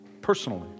personally